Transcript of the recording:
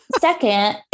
second